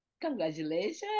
Congratulations